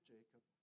Jacob